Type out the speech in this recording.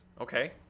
Okay